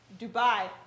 Dubai